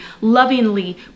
lovingly